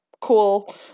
cool